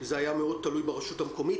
בוקר טוב לכם,